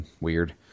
weird